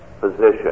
position